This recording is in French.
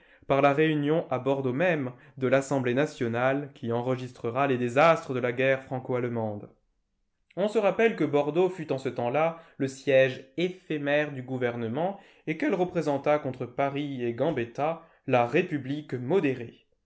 par la réunion à bordeaux même de l'assemblée nationale qui enregistrera les désastres de la guerre franco allemande on se rappelle que bordeaux fut en ce temps-là le siège éphémère du gouvernement et qu'elle représenta contre paris et gambetta la république modérée